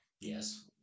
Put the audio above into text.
Yes